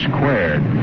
Squared